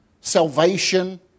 salvation